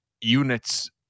units